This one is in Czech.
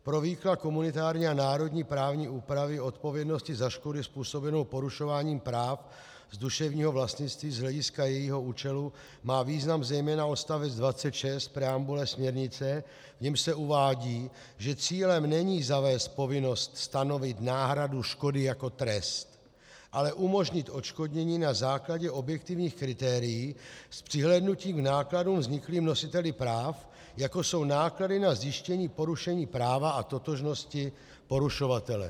Pro výklad komunitární a národní právní úpravy odpovědnosti za škodu způsobenou porušováním práv z duševního vlastnictví z hlediska jejího účelu má význam zejména odstavec 26 preambule směrnice, v němž se uvádí, že cílem není zavést povinnost stanovit náhradu škody jako trest, ale umožnit odškodnění na základě objektivních kritérií s přihlédnutím k nákladům vzniklým nositeli práv, jako jsou náklady na zjištění porušení práva a totožnosti porušovatele.